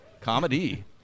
Comedy